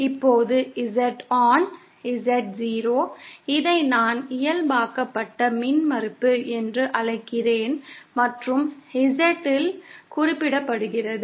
இப்போது Z on Z0 இதை நான் இயல்பாக்கப்பட்ட மின்மறுப்பு என்று அழைக்கிறேன் மற்றும் z ஆல் குறிப்பிடப்படுகிறது